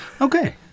okay